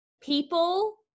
people